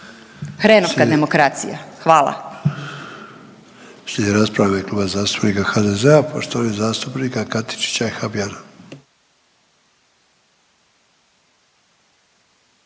Hrenovka demokracija. Hvala.